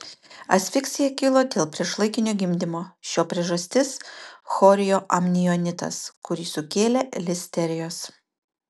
asfiksija kilo dėl priešlaikinio gimdymo šio priežastis chorioamnionitas kurį sukėlė listerijos